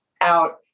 out